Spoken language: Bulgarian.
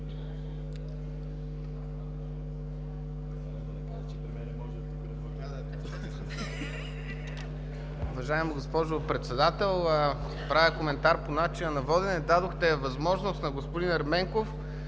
възможност на господин Ерменков